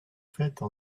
faites